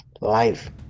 life